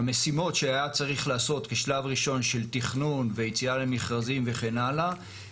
המשימות שהיה צריך לעשות בשלב ראשון של תכנון ויציאה למכרזים וכן הלאה